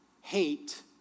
hate